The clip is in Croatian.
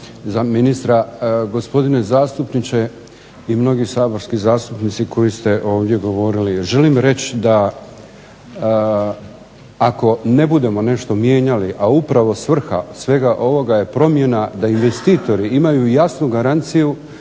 ministra. Gospodine zastupniče i mnogi saborski zastupnici koji ste ovdje govorili, želim reći da ako ne budemo nešto mijenjali, a upravo svrha svega ovoga je promjena da investitori imaju jasnu garanciju